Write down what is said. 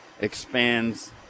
expands